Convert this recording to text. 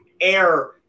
air